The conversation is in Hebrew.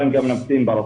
אבל הם גם נמצאים ברחוב,